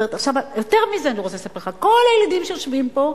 יותר מזה אני רוצה לספר לך: כל הילדים שיושבים פה,